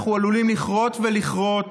אנחנו עלולים לכרות ולכרות